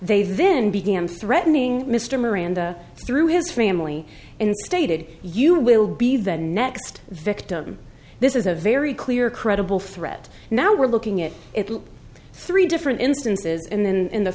they then began threatening mr miranda through his family and stated you will be the next victim this is a very clear credible threat now we're looking at three different instances in the